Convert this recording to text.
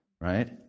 Right